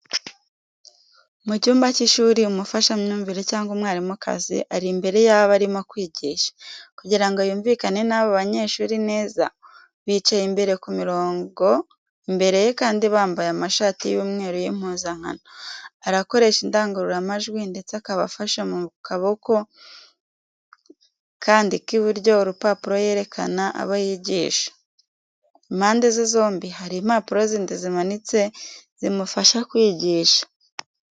Mu cyumba cy'ishuri, umufashamyumvire cyangwa umwarimukazi, ari imbere y'abo arimo kwigisha, kugira ngo yumvinake n'abo banyeshuri neza, bicaye imbere ku mirongo imbere ye kandi bambaye amashati y'umweru y'impuzankano, arakoresha indangururamajwi ndetse akaba afashe mu kaboko kandi k'iburyo urupapuro yereka abo yigisha, impande ze zombi hari impapuro zindi zimanitse zimufasha kwigisha.